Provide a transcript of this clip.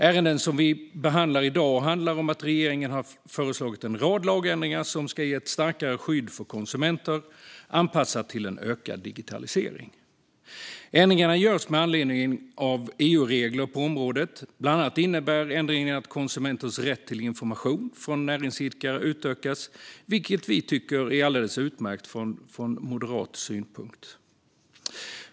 Ärenden som vi behandlar i dag handlar om att regeringen har föreslagit en rad lagändringar som ska ge ett starkare skydd för konsumenter, anpassat till en ökad digitalisering. Ändringarna görs med anledning av EU-regler på området. Bland annat innebär ändringarna att konsumenters rätt till information från näringsidkare utökas, vilket vi tycker är alldeles utmärkt utifrån moderat synpunkt.